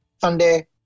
Sunday